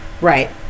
Right